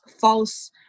false